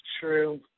true